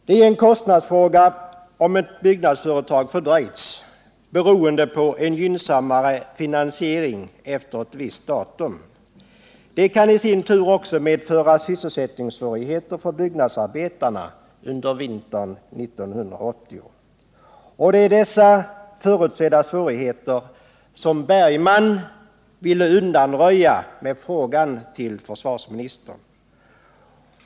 Det är en kostnadsfråga om ett byggnadsföretag fördröjs beroende på en gynnsammare finansiering efter ett visst datum. I sin tur kan det också medföra sysselsättningssvårigheter för byggnadsarbetarna under vintern 1980. Det är dessa förutsedda svårigheter som Per Bergman ville undanröja med frågan till försvarsministern.